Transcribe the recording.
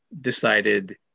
decided